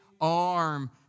arm